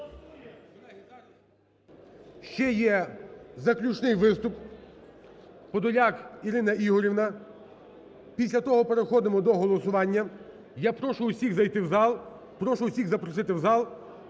Ще є заключний виступ, Подоляк Ірина Ігорівна. Після того переходимо до голосування. Я прошу всіх зайти в зал, прошу всіх запросити в зал,